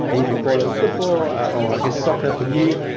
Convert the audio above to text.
if you follow football, or i guess soccer for you,